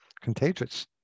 contagious